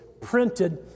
printed